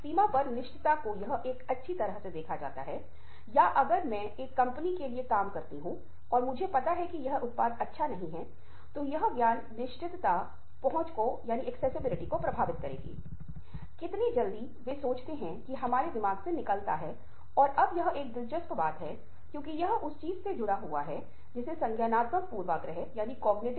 वह अधिकारी को छोड़ देता है और वह फिर से इंतजार करता है और 3 युवकों को चुनता है उनमें से 2 मजाकिया अंदाज में बात करते हैं और तीसरे को एक दिलचस्प तरीके से हंक किया जाता है जो एक क्रूर व्यक्ति है